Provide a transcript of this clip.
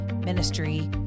ministry